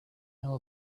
know